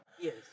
Yes